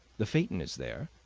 the phaeton is there.